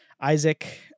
Isaac